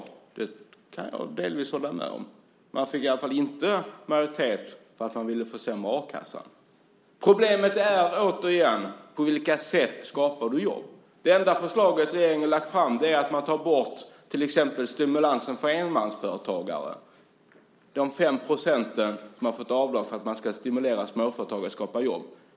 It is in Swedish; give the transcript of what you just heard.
Det kan jag delvis hålla med om. Man fick i alla fall inte majoritet för att man ville försämra a-kassan. Problemet är återigen på vilka sätt man skapar jobb. Det enda förslag som regeringen har lagt fram är att man tar bort stimulansen för enmansföretagare, det 5-procentiga avdrag som fanns för att stimulera småföretagare att skapa jobb.